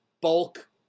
bulk